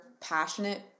passionate